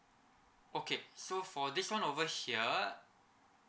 okay so for this [one] over here